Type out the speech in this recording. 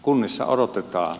kunnissa odotetaan